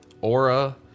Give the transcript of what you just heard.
aura